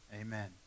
Amen